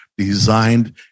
designed